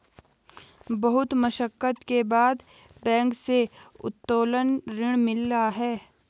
बहुत मशक्कत के बाद बैंक से उत्तोलन ऋण मिला है